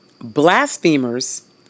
blasphemers